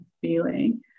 feeling